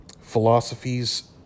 philosophies